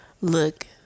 look